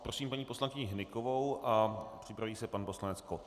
Prosím paní poslankyni Hnykovou a připraví se pan poslanec Kott.